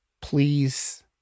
Please